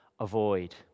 avoid